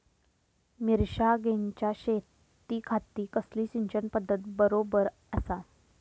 मिर्षागेंच्या शेतीखाती कसली सिंचन पध्दत बरोबर आसा?